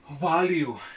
value